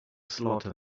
slaughter